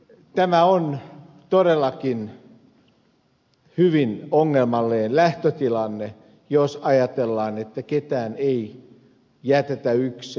tämä on todellakin hyvin ongelmallinen lähtötilanne jos ajatellaan että ketään ei jätetä yksin